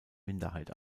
minderheit